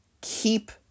keep